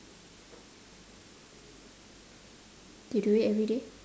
you do it everyday